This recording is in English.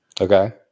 Okay